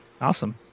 Awesome